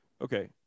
Okay